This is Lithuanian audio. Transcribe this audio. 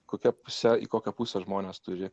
kokia puse į kokią pusę žmonės turi